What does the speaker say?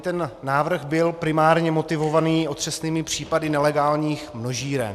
Tento návrh byl primárně motivován otřesnými případy nelegálních množíren.